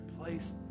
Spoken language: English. place